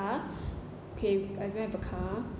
okay I don't have a car